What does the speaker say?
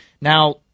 Now